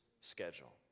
schedule